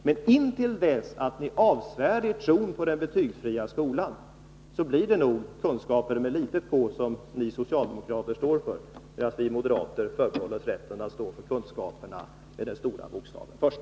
Men intill dess att ni avsvär er tron på den betygsfria skolan blir det nog kunskaper med litet k som ni socialdemokrater står för, medan vi moderater förbehåller oss rätten att stå för kunskaper med den stora bokstaven först.